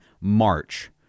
march